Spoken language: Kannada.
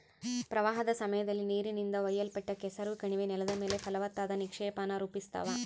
ಪ್ರವಾಹದ ಸಮಯದಲ್ಲಿ ನೀರಿನಿಂದ ಒಯ್ಯಲ್ಪಟ್ಟ ಕೆಸರು ಕಣಿವೆ ನೆಲದ ಮೇಲೆ ಫಲವತ್ತಾದ ನಿಕ್ಷೇಪಾನ ರೂಪಿಸ್ತವ